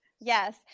Yes